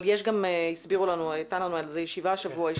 אבל הייתה לנו ישיבה על זה השבוע והסבירו לנו,